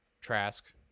Trask